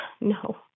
No